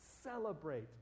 celebrate